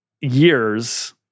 Years